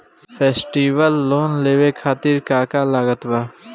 Festival loan लेवे खातिर का का लागत बा?